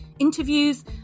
interviews